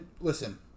Listen